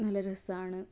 നല്ല രസമാണ്